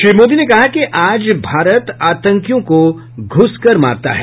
श्री मोदी ने कहा कि आज भारत आतंकियों को घु्स कर मारता है